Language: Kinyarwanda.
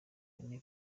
ine